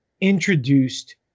introduced